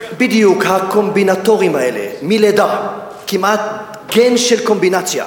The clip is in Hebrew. הקומבינטורים האלה, מלידה, כמעט גֶן של קומבינציה,